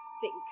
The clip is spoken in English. sink